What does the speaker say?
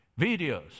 videos